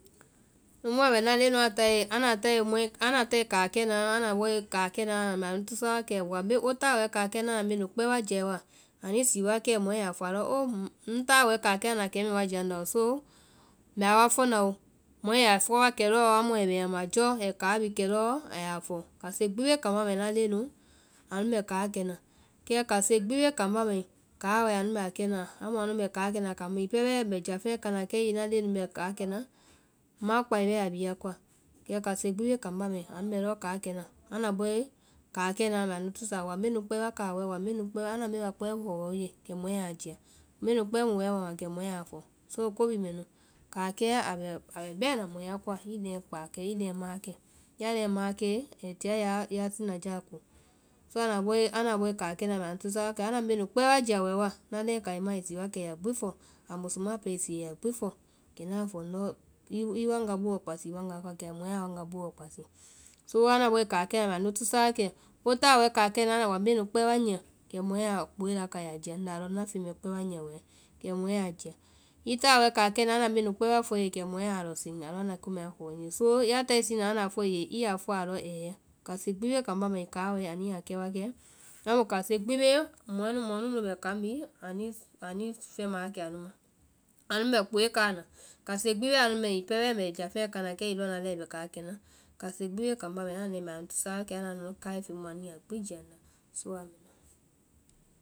kimu a bɛ ŋna leŋɛ nu a táe, anda tae mɔi- anda táe kaakɛ naã anda bɔe káakɛ naã anda bɔe káakɛ mbɛ anu tusa wa kɛ, woa mbe- wo táa wɛɛ káakɛ naã anda mbe nu kpɛɛ wa jia wo la? Ani sii wa kɛ mɔɛ ya fɔ alɔ oo ŋ táa wɛɛ káakɛ na anda kɛmɛ wa jia ŋna oo. So mbɛ a fɔnao, mɔɛ ya fɔ wa kɛ lɔɔ amu ai bɛŋ a ma jɔ, ai káa bhii kɛ lɔɔ, a yaa fɔ, kase gbi bee kambá mai, ŋna leŋɛ nu anu bɛ káa kɛ na. Kɛ kase gbi bee kambá mai, kȧa wae anu bɛ a kɛna, amu anu bɛ káa kɛna kaŋ mu, hiŋi pɛɛ bɛɛ mbɛ jáfeŋɛ kana, kɛ hiŋi ŋna leŋɛ nu bɛ kaakɛ na, ŋma kpái bɛɛ a bhii a koa, kɛ kase gbi bee kambá ma mai, anu bɛ lɔɔ káa kɛ na. Anda bɔe káakɛ na mbɛ anu tusa, waa mbe nu kpɛɛ wa káa wɛɛ, wa mbe nu kpɛ, anda mbe nu kpɛɛ wa fɔ wɛɛ wo ye, kɛ mɔɛ a jia, mbe nu kpɛɛ mu wɛɛ woa ma, kɛ mɔɛ a fɔ, so ko bhii mɛ nu, káakɛɛ a bɛ bɛna mɔ ya koa, i leŋɛ i leŋɛ maã kɛ, ya leŋɛ maãkɛe i tia ya sina jáa ko. so anda bɔe káakɛ na mbɛ anu tusa wa kɛ, anda mbe nu kpɛɛ jia wɛɛ woa? Ŋna leŋ kaima ai sii wa kɛ aa ya gbi fɔ, a musu maã pɛɛ i sii a ya gbi fɔ. Kɛ ŋna fɔ ŋndɔ i wanga booɔ kpasi i wanga a koa, kɛ mɔɛ wanga a booɔ kpasi. so anda bɔe káakɛ na mbɛ anu tusa wa kɛ, wo táa wɛɛ káakɛ naã anda mbe nu kpɛɛ wa nyia? Kɛ mɔɛ a kpooe laka a jaa ŋ nda a lɔ feŋ mɛɛ kpɛɛ wa nyia wɛ, i táa wɛ káakɛ naã anda mbe nu kpɛɛ wa fɔ i ye, kɛ mɔɛ a lɔ seŋ, a lɔ anda ko mɛɛ wa fɔ wɛɛ ŋ nye. so ya táe sina anda a fɔe i ye i ya fɔa? A lɔ ɛhɛɛ, kase gbi bee kambá mai káa wae anu ya kɛ wa kɛ, amu kase gbi bee mɔɛ nu, mɔ mu nu bɛ kaŋ bhii, anuĩ fɛma wa kɛ anu ma. Anu bɛ kpooe káa na, kase gbi bee anu mai, hiŋi pɛɛ bɛɛ wi ŋ bɛ jáfeŋɛ kana, kɛ hiŋi ŋna leŋɛ bɛ káa kɛ na, kase gbi bee kambá mai, anda nae mbɛ anu tusa wa kɛ anda feŋ káa mua anu yaa gbi jia ŋnda, so aa mɛ nu.